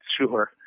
Sure